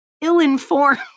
ill-informed